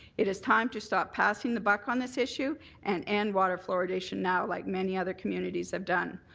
it is time to stop passing the buck on this issue and end water fluoridation now like many other communities have done.